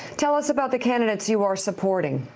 tell us about the candidates you're supporting.